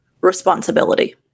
responsibility